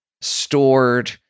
stored